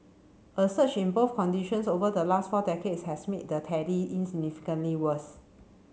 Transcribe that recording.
a surge in both conditions over the last four decades has made the tally insignificantly worse